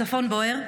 הצפון בוער.